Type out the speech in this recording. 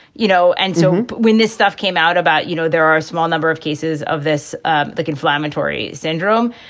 you know, and so when this stuff came out about, you know, there are a small number of cases of this ah like inflammatory syndrome.